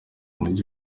mujyi